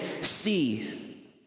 see